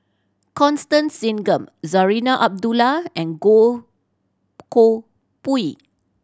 Constance Singam Zarinah Abdullah and Goh Koh Pui